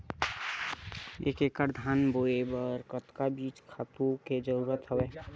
एक एकड़ धान बोय बर कतका बीज खातु के जरूरत हवय?